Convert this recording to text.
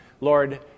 Lord